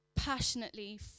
passionately